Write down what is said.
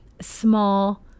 small